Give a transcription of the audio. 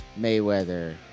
Mayweather